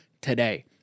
today